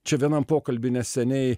čia vienam pokalby neseniai